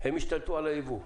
הן ישתלטו על הייבוא,